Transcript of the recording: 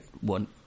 one